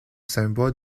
symbole